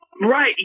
Right